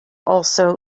also